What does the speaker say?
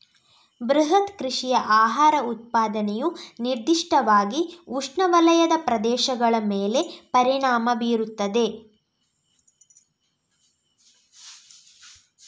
ಬೃಹತ್ ಕೃಷಿಯ ಆಹಾರ ಉತ್ಪಾದನೆಯು ನಿರ್ದಿಷ್ಟವಾಗಿ ಉಷ್ಣವಲಯದ ಪ್ರದೇಶಗಳ ಮೇಲೆ ಪರಿಣಾಮ ಬೀರುತ್ತದೆ